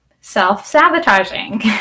self-sabotaging